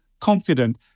confident